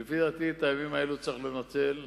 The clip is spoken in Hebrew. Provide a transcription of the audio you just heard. לפי דעתי את הימים האלה צריך לנצל,